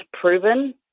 proven